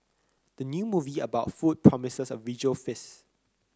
the new movie about food promises a visual feast